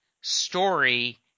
story